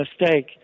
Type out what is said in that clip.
mistake